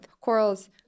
Corals